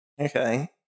Okay